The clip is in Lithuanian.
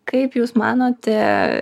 kaip jūs manote